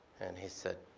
and he said,